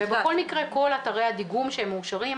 בכל מקרה כל אתרי הדיגום שהם מאושרים,